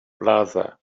plaza